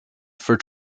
for